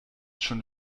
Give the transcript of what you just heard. schon